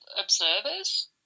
observers